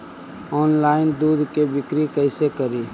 Online दुध के बिक्री कैसे करि?